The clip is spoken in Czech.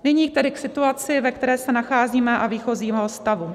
Nyní tedy k situaci, ve které se nacházíme, a výchozího stavu.